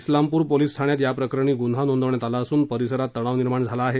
उलामप्र police ठाण्यात याप्रकरणी गुन्हा नोंदवण्यात आला असून परिसरात तणाव निर्माण झाला आहे